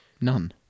None